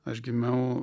aš gimiau